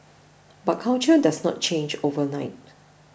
but culture does not change overnight